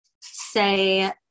say